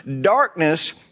darkness